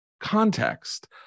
context